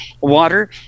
water